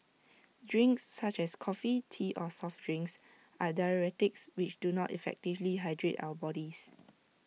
drinks such as coffee tea or soft drinks are diuretics which do not effectively hydrate our bodies